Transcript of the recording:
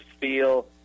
feel